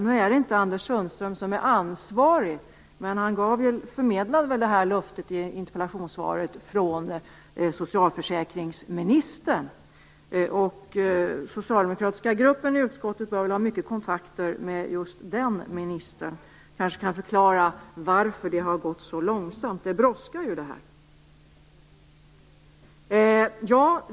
Nu är det inte Anders Sundström som är ansvarig. Men han förmedlade löftet i interpellationssvaret från socialförsäkringsministern. Socialdemokratiska gruppen i utskottet bör väl ha många kontakter med just den ministern och kanske kan förklara varför det har gått så långsamt. Detta brådskar ju.